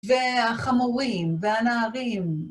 והחמורים והנערים...